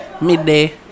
Midday